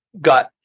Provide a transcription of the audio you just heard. got